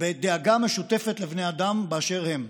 בדאגה משותפת לבני אדם באשר הם.